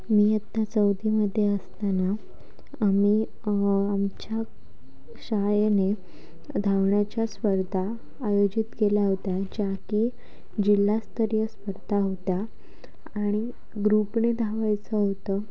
मी इयत्ता चौथीमध्ये असताना आम्ही आमच्या शाळेने धावण्याच्या स्पर्धा आयोजित केल्या होत्या ज्या की जिल्हास्तरीय स्पर्धा होत्या आणि ग्रुपने धावायचं होतं